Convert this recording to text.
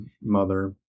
mother